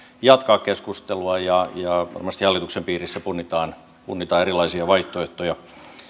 jatkaa keskustelua ja varmasti hallituksen piirissä punnitaan punnitaan erilaisia vaihtoehtoja